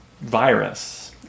virus